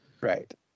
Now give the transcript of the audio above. right